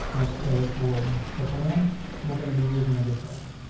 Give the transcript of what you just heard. let's say for and a second one we're gonna be using a different one.